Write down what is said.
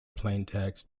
plaintext